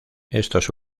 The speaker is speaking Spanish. estos